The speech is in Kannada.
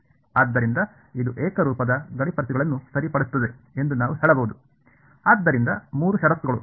ಆದ್ದರಿಂದ ಇದು ಏಕರೂಪದ ಗಡಿ ಪರಿಸ್ಥಿತಿಗಳನ್ನು ಸರಿಪಡಿಸುತ್ತದೆ ಎಂದು ನಾವು ಹೇಳಬಹುದು ಆದ್ದರಿಂದ ಮೂರು ಷರತ್ತುಗಳು